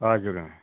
हजुर